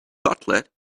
cutlet